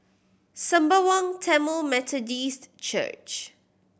Sembawang Tamil Methodist Church